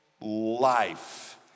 life